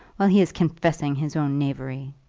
while he is confessing his own knavery?